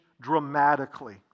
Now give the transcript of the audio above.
dramatically